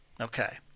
Okay